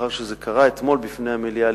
מאחר שזה קרה אתמול בפני המליאה,